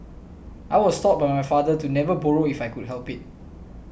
I was taught by my father to never borrow if I could help it